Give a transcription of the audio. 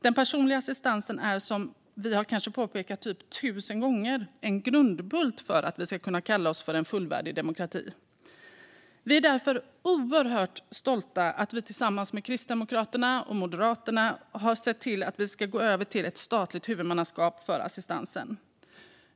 Den personliga assistansen är, som vi har påpekat typ tusen gånger, en grundbult för att vi ska kunna kalla oss en fullvärdig demokrati. Vi är därför oerhört stolta över att vi tillsammans med Kristdemokraterna och Moderaterna har sett till att vi ska gå över till ett statligt huvudmannaskap för assistansen.